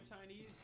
Chinese